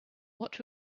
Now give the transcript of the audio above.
what